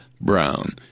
Brown